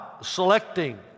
selecting